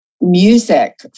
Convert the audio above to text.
music